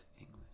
English